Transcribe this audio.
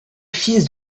fils